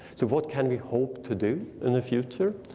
so what can we hope to do in the future?